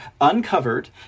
uncovered